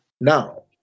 Now